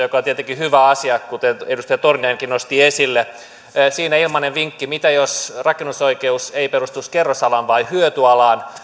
joka on tietenkin hyvä asia kuten edustaja torniainenkin nosti esille siihen ilmainen vinkki mitä jos rakennusoikeus ei perustuisi kerrosalaan vaan hyötyalaan